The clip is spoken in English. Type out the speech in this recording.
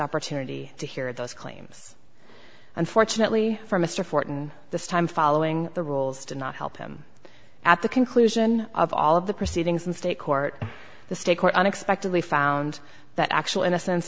opportunity to hear those claims unfortunately for mr fortan this time following the rules did not help him at the conclusion of all of the proceedings in state court the state court unexpectedly found that actual innocence